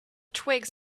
twigs